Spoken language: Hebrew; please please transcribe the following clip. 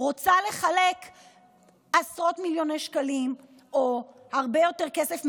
רוצה לחלק עשרות מיליוני שקלים או הרבה יותר כסף,